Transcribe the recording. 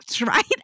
right